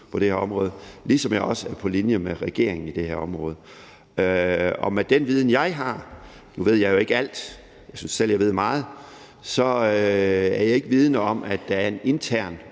på det her område, ligesom jeg også er på linje med regeringen på det her område. Med den viden jeg har – og nu ved jeg jo ikke alt, men jeg synes selv, jeg ved meget – er jeg ikke vidende om, at der er en intern